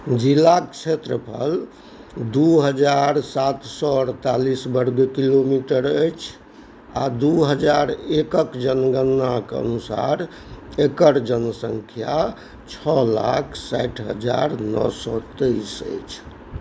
जिलाक क्षेत्रफल दू हजार सात सए अठतालीस वर्ग किलोमीटर अछि आ दू हजार एक के जनगणनाके अनुसार एकर जनसंख्या छओ लाख साठि हजार नओ सए तेइस अछि